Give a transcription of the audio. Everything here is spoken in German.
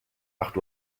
acht